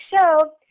show